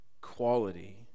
quality